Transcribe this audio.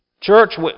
Church